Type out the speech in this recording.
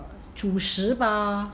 主食吧